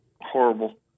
horrible